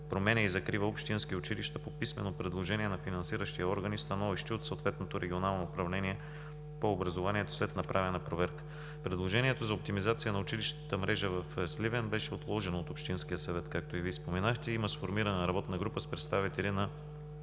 променя и закрива общински училища по писмено предложение на финансиращия орган и становище от съответното Регионално управление по образованието след направена проверка. Предложението за оптимизация на училищната мрежа в Сливен беше отложено от Общинския съвет, както и Вие споменахте. Има сформирана работна група с представители на